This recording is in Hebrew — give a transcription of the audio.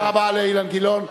תודה רבה לאילן גילאון.